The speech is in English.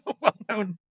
well-known